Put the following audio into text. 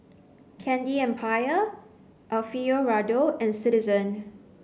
candy Empire Alfio Raldo and Citizen